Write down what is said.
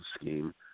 scheme